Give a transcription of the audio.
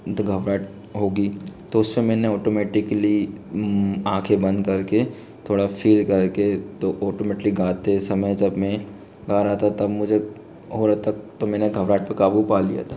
तो घबराहट होगी तो उस समय मैंने ऑटोमेटेकली आँखे बंद कर के थोड़ा फील कर के तो ऑटोमेटक्ली गाते समय जब मैं गा रहा था तब मुझे और हद तक तो मैंने घबराहट पर क़ाबू पा लिया था